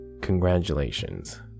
Congratulations